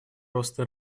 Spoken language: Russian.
роста